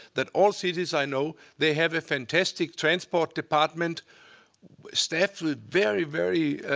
that all cities i know, they have a fantastic transport department staffed with very, very